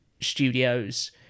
studios